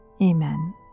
Amen